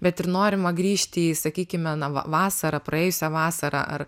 bet ir norima grįžti į sakykime na vasarą praėjusią vasarą ar